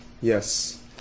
Yes